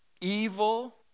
evil